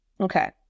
Okay